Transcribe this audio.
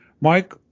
Mike